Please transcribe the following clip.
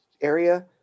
area